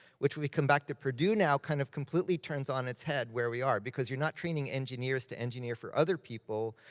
which we come back to purdue now, kind of completely turns on its head, where we are, because you're not training engineers to engineer for other people.